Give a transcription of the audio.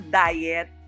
diet